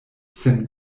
sen